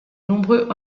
nombreux